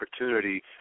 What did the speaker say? opportunity